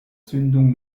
zündung